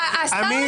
השר